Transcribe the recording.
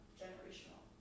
generational